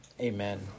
Amen